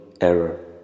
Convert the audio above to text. error